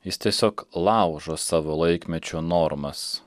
jis tiesiog laužo savo laikmečio normas